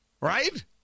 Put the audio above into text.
right